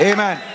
Amen